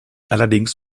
allerdings